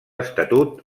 estatut